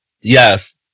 yes